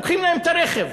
לוקחים להם את הרכב